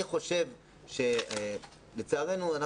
לצערנו,